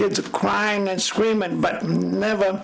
kids of crying and screaming but never